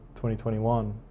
2021